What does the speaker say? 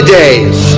days